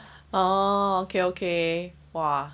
orh okay okay !wah!